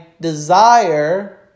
desire